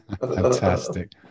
fantastic